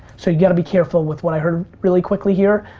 so you've gotta be careful with what i heard really quickly here,